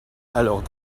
alors